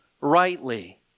rightly